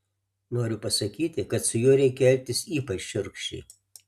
noriu pasakyti kad su juo reikia elgtis ypač šiurkščiai